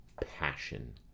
passion